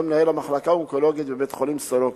מנהל המחלקה האונקולוגית בבית-החולים "סורוקה".